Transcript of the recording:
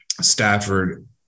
Stafford